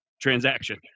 transaction